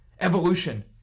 Evolution